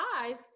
eyes